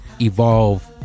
evolve